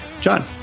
John